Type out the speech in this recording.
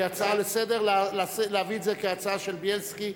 כהצעה לסדר-היום, להביא את זה כהצעה של בילסקי,